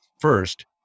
First